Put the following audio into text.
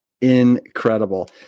incredible